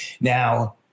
Now